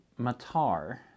Matar